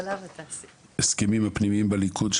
להסכמים הפנימיים בליכוד,